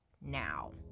now